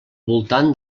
voltant